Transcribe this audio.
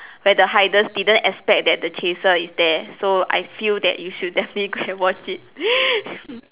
where the hiders didn't expect that the chaser is there so I feel that you should definitely go and watch it